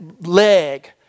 leg